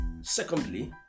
Secondly